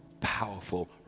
powerful